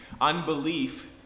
Unbelief